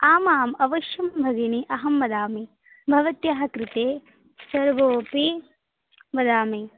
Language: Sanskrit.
आमाम् अवश्यं भगिनि अहं वदामि भवत्याः कृते सर्वोऽपि वदामि